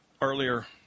earlier